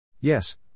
Yes